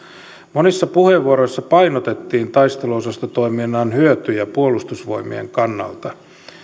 monissa puheenvuoroissa painotettiin taisteluosastotoiminnan hyötyjä puolustusvoimien kannalta